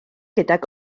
gydag